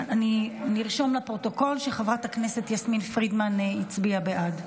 נרשום לפרוטוקול שחברת הכנסת יסמין פרידמן הצביעה בעד.